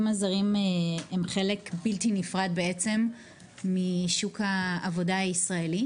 הזרים הם חלק בלתי נפרד משוק העבודה הישראלי,